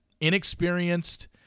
inexperienced